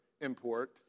import